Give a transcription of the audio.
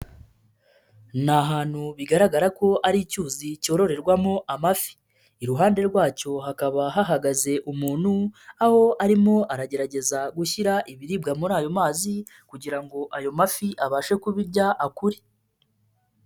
Ni ahantu bigaragara ko ari icyuzi cyororerwamo amafi, iruhande rwacyo hakaba hahagaze umuntu aho arimo aragerageza gushyira ibiribwa muri ayo mazi kugira ngo ayo mafi abashe kubirya akure.